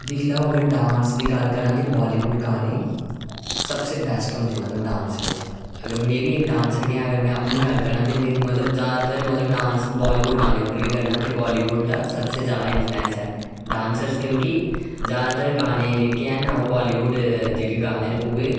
दिक्खी लैओ अगर डांस दी गल्ल करां ते बालीवुड गाने सबसे बैस्ट होंदे मतलब गाने बिच अगर में बी इक डांसर के आं अगर में बी गल्ल करां ते मतलब ज्यादातर डांस मतलब बालीवुड गाने पर गै करना ते बालीवुड दा सबसे ज्यादा इन्फ्लूऐंस ऐ डांसर क्योंकि ज्यादातर गाने जेहके ऐन ओह् बालीवुड दे गै गाने न उ'ऐ